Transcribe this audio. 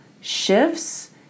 shifts